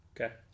Okay